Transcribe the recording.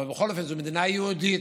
אבל בכל אופן זו מדינה יהודית,